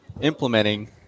implementing